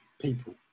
people